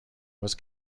was